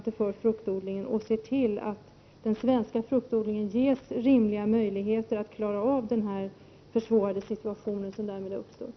Vidare är det viktigt att regeringen ser till att den svenska fruktodlingen har de möjligheter som rimligen krävs för att man skall kunna klara den försvårade situation som har uppstått.